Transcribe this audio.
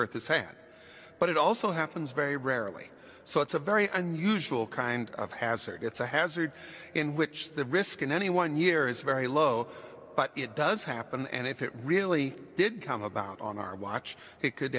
earth is hand but it also happens very rarely so it's a very unusual kind of hazard it's a hazard in which the risk in any one year is very low but it does happen and if it really did come about on our watch it could